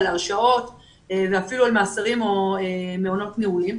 הרשעות ואפילו מאסרים או מעונות נעולים.